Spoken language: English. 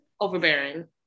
overbearing